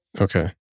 Okay